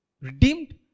redeemed